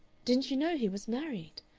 didn't you know he was married?